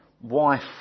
wife